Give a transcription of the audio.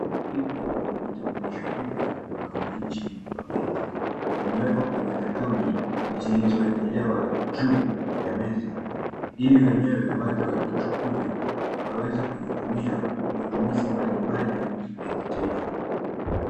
Hivi ni vitambulisho vipya vya wananchi wa Kenya. Vimeekwa kwenye katoni zilizowekelewa juu ya meza, ili wenyewe waje wazichukue, wakweze kutumia kwa matumizi mbali mbali ya kitaifa.